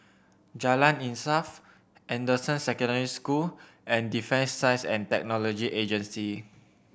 Jalan Insaf Anderson Secondary School and Defence Science And Technology Agency